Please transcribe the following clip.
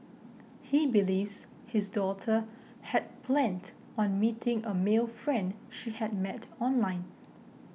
he believes his daughter had planned on meeting a male friend she had met online